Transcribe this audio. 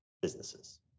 businesses